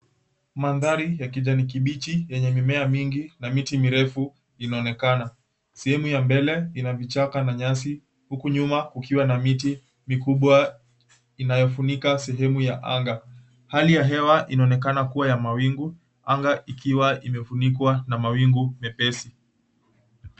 Maandhari ya kijani kibichi yenye mimea mingi na miti mirefu inaonekana. Sehemu ya mbele ina vichaka na nyasi huku nyuma kukiwa na miti mikubwa inayofunika sehemu ya anga. Hali ya hewa inaonekana kuwa ya mawingu, anga ikiwa imefunikwa na mawingu mepesi.